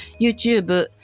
YouTube